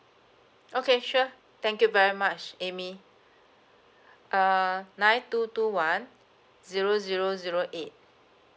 okay sure thank you very much amy err nine two two one zero zero zero eight